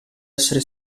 essere